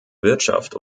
wirtschaft